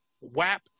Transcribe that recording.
WAP